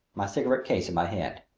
my cigarette case in my hand.